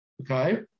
okay